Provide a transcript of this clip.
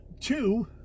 two